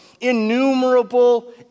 innumerable